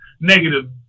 negative